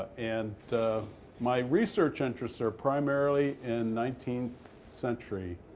and my research interests are primarily in nineteenth century